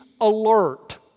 alert